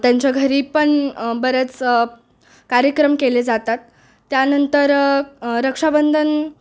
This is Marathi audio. त्यांच्या घरी पण बरेच कार्यक्रम केले जातात त्यानंतर रक्षाबंधन